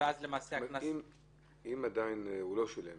אם עדיין הוא לא שילם